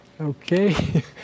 Okay